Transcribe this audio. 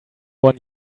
one